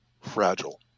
fragile